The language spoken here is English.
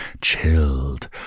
chilled